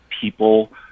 people